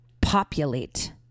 populate